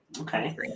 okay